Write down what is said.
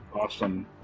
awesome